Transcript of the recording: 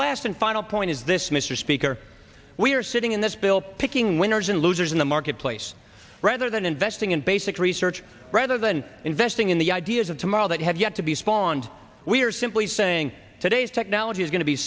last and final point is this mr speaker we are sitting in this bill picking winners and losers in the marketplace rather than investing in basic research rather than investing in the ideas of tomorrow that have yet to be spawned we're simply saying today's technology is going to be